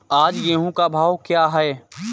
आज गेहूँ का भाव क्या है?